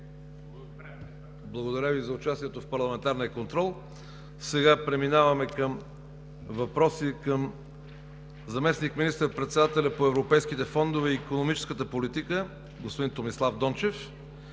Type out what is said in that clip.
Благодаря Ви за участието в парламентарния контрол. Преминаваме към въпроси към заместник министър председателя по европейските фондове и икономическата политика господин Томислав Дончев.